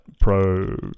pro